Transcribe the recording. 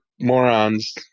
morons